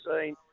seen